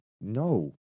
no